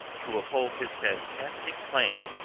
to uphold his fantastic claim,